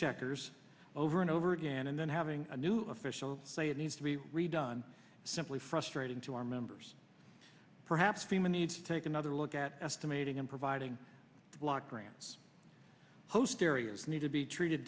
checkers over and over again and then having a new official say it needs to be redone simply frustrating to our members perhaps we may need to take another look at estimating and providing the block grants host carriers need to be treated